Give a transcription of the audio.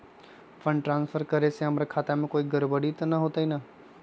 Fund transfer करे से हमर खाता में कोई गड़बड़ी त न होई न?